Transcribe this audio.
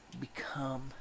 become